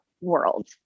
world